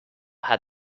had